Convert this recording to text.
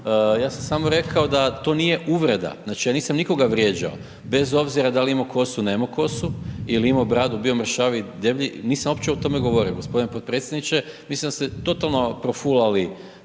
ja sam samo rekao da to nije uvreda, znači, ja nisam nikoga vrijeđao, bez obzira da li imao kosu, nemao kosu ili imao bradu, bio mršaviji, deblji, nisam uopće o tome govorio g. potpredsjedniče, mislim da ste totalno profulali